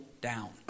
down